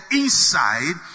inside